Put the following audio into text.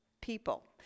people